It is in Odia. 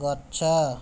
ଗଛ